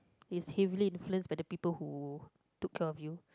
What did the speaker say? is heavily influenced by the people who took care of you